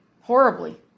Horribly